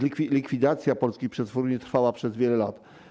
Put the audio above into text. Likwidacja polskich przetwórni trwała przez wiele lat.